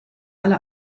alle